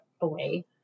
away